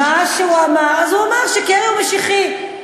מה שהוא אמר, הוא אמר שקרי הוא משיחיסט.